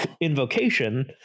invocation